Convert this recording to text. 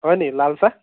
হয়নি লাল চাহ